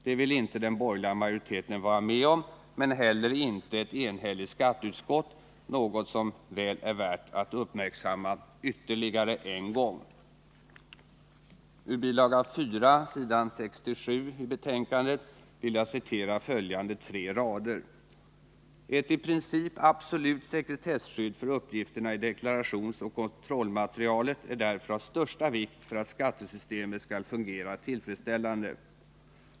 Det vill inte den borgerliga majoriteten vara med om — men heller inte ett enhälligt skatteutskott, något som väl är värt att uppmärksamma ytterligare en gång. Ur bilaga 4, s. 67 i betänkandet vill jag citera följande: ”Ett i princip absolut sekretesskydd för uppgifterna i deklarationsoch kontrollmaterialet är därför av största vikt för att skattesystemet skall fungera tillfredsställande.